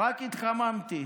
רק התחממתי.